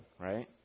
right